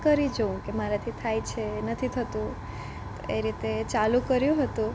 કરી જોઉં કે મારાથી થાય છે નથી થતું તો એ રીતે ચાલુ કર્યું હતું